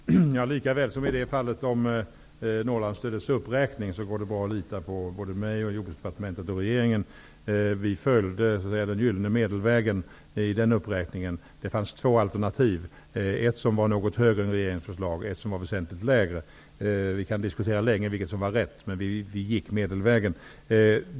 Herr talman! Lika väl som det går att lita på Norrlandsstödets uppräkning, går det bra att lita såväl på mig och på Jordbruksdepartementet som på regeringen. Vi följde den gyllene medelvägen vid den uppräkningen. Det fanns två alternativ. Ett alternativ låg något högre än regeringens förslag och ett alternativ låg väsentligt lägre. Vi kan diskutera länge om det var rätt, men vi gick medelvägen.